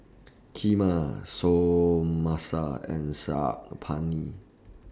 Kheema Samosa and Saag Paneer